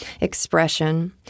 expression